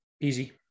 Easy